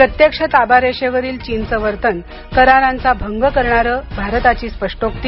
प्रत्यक्ष ताबा रेषेवरील चीनचं वर्तन करारांचा भंग करणारं भारताची स्पष्टोक्ती